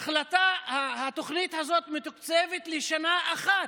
ההחלטה, התוכנית הזו, מתוקצבת לשנה אחת.